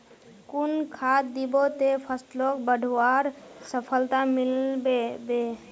कुन खाद दिबो ते फसलोक बढ़वार सफलता मिलबे बे?